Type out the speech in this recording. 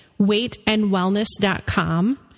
weightandwellness.com